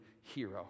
hero